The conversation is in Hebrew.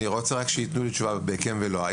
אני רוצה רק שיתנו לי תשובה בכן ולא.